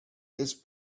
this